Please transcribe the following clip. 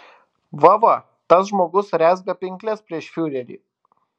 va va tas žmogus rezga pinkles prieš fiurerį